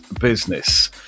business